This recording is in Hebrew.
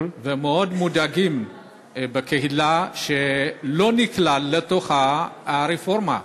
ומאוד מודאגים בקהילה שהוא לא נכלל בתוך הרפורמה.